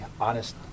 honest